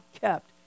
kept